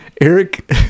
Eric